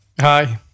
Hi